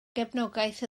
gefnogaeth